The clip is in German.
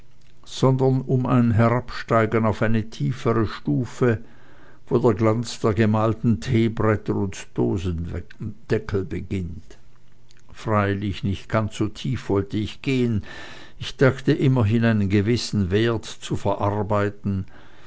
sondern um ein herabsteigen auf eine tiefere stufe wo der glanz der gemalten teebretter und dosendeckel beginnt freilich nicht ganz so tief wollte ich gehen ich dachte immerhin einen gewissen wert zu verarbeiten